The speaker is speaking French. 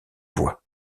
vois